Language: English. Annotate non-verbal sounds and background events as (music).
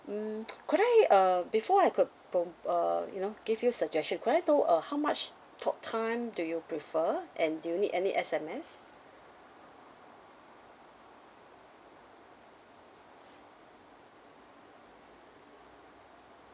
hmm (noise) could I uh before I could pro~ uh you know give you suggestion could I know uh how much talk time do you prefer and do you need any S_M_S